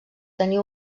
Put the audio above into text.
tenir